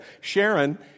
Sharon